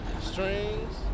Strings